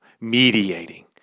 mediating